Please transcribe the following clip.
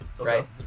right